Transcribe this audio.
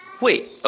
Wait